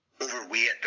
overweight